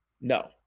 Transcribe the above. No